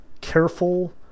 careful